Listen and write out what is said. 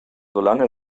solange